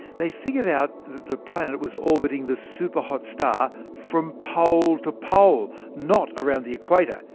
they figured out the planet was orbiting the super-hot star from pole to pole, not around the equator.